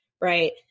right